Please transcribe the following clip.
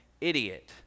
idiot